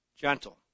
gentle